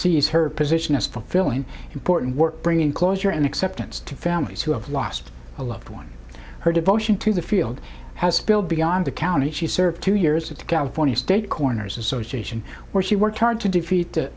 is her position as fulfilling important work bringing closure and acceptance to families who have lost a loved one her devotion to the field has spilled beyond the county she served two years at the california state corners association where she worked hard to defeat the